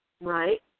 right